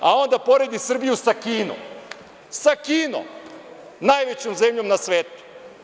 A onda poredi Srbiju sa Kinom, sa Kinom najvećom zemljom na svetu.